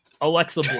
Alexa